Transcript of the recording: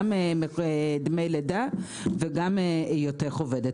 גם דמי לידה וגם היותך עובדת.